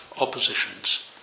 oppositions